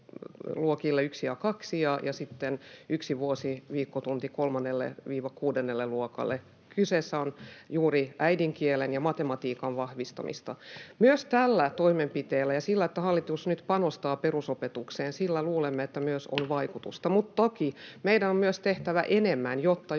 luokille 1 ja 2 ja sitten yksi vuosiviikkotunti 3.—6. luokalle. Kyseessä on juuri äidinkielen ja matematiikan vahvistaminen. Luulemme, että myös tällä toimenpiteellä ja sillä, että hallitus nyt panostaa perusopetukseen, on vaikutusta. Mutta toki meidän on myös tehtävä enemmän, jotta